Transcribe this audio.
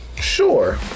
sure